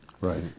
Right